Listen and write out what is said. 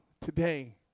today